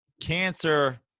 cancer